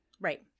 Right